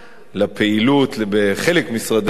לפעילות בחלק ממשרדי הממשלה.